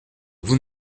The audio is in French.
vous